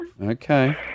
Okay